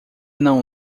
não